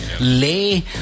Lay